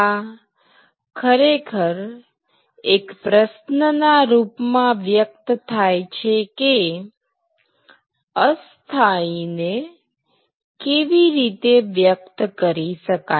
આ ખરેખર એક પ્રશ્નના રૂપમાં વ્યક્ત થાય છે કે અસ્થાયી ને કેવી રીતે વ્યક્ત કરી શકાય